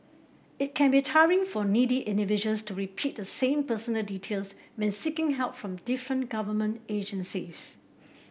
it can be tiring for needy individuals to repeat the same personal details when seeking help from different government agencies